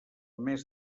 mes